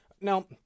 Now